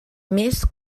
més